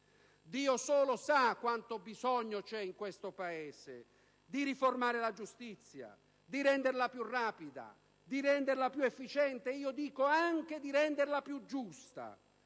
Dio solo sa quanto bisogno c'è in questo Paese di riformare la giustizia, di renderla più rapida, più efficiente ed io dico anche più giusta,